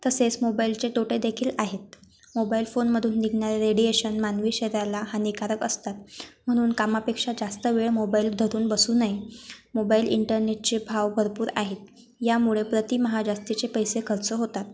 तसेच मोबाईलचे तोटेदेखील आहेत मोबाईल फोनमधून निघणारे रेडिएशन मानवी शरीराला हानिकारक असतात म्हणून कामापेक्षा जास्त वेळ मोबाईल धरून बसू नये मोबाईल इंटरनेटचे भाव भरपूर आहेत यामुळे प्रति माह जास्तीचे पैसे खर्च होतात